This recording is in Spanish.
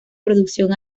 producción